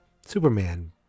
Superman